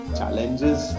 challenges